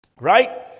right